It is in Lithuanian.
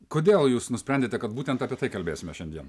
kodėl jūs nusprendėte kad būtent apie tai kalbėsime šiandien